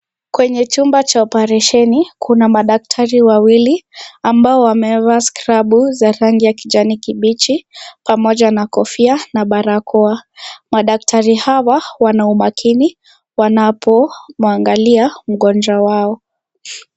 Kwenye chumba cha oparesheni kuna madaktari wawili ambao wamevaa skrapu za rangi ya kijani kibichi pamoja na kofia na barakoa, madaktari hawa wana umakini wanapo mwangalia mgonjwa wao.